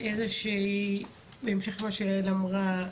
בהמשך למה שיעל אמרה,